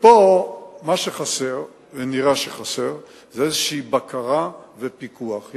מה שחסר פה, נראה שחסר, זה בקרה ופיקוח כלשהם.